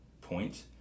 point